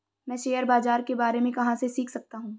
मैं शेयर बाज़ार के बारे में कहाँ से सीख सकता हूँ?